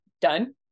done